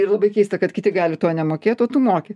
ir labai keista kad kiti gali to nemokėt o tu moki